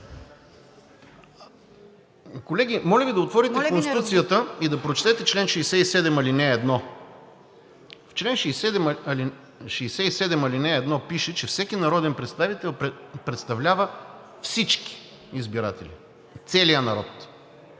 Колеги, моля Ви да отворите Конституцията и да прочетете чл. 67, ал. 1. В чл. 67, ал. 1 пише, че всеки народен представител представлява всички избиратели, целия народ,